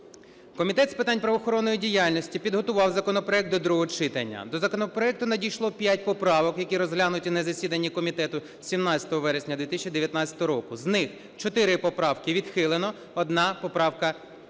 Комітет з питань правоохоронної діяльності підготував законопроект до другого читання. До законопроекту надійшло 5 поправок, які розглянуті на засіданні комітету 17 вересня 2019 року. З них 4 поправки відхилено, 1 поправка